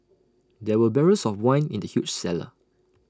there were barrels of wine in the huge cellar